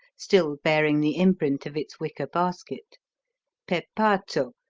still bearing the imprint of its wicker basket pepato,